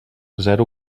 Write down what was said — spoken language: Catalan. zero